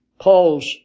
Paul's